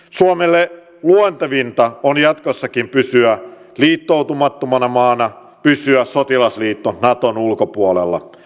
suomelle luontevinta on jatkossakin pysyä liittoutumattomana maana pysyä sotilasliitto naton ulkopuolella